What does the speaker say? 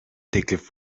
teklif